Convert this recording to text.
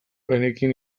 genekien